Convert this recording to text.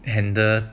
and the